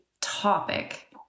topic